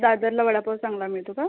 दादरला वडापाव चांगला मिळतो का